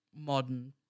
modern